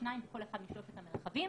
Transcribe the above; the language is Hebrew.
שניים בכל אחד משלושת המרחבים.